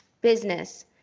business